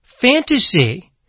fantasy